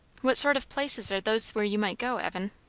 what sort of places are those where you might go, evan?